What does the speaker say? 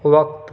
وقت